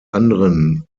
anderen